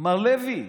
מר לוי,